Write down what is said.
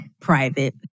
private